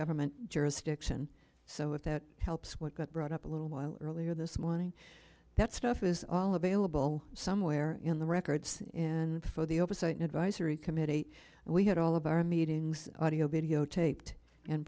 government jurisdiction so if that helps what got brought up a little while earlier this morning that stuff was all available somewhere in the records in the oversight advisory committee and we had all of our meetings audio videotaped and